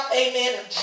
amen